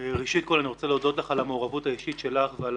ראשית כל אני רוצה להודות לך על המעורבות האישית שלך ועל